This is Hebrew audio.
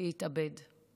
להתאבד בסוף?